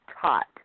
taught